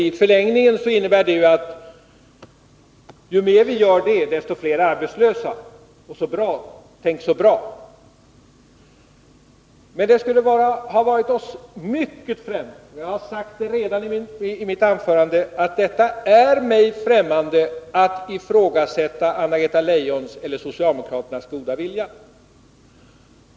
I förlängningen innebär ju detta, att ju mer vi gör, desto fler arbetslösa får vi — och tänk så bra det är! Men det skulle ha varit oss mycket främmande att säga något sådant. Jag sade redan i mitt anförande att det är mig främmande att ifrågasätta Anna-Greta Leijons eller socialdemokraternas goda vilja.